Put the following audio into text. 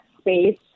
space